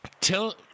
Tell